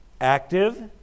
active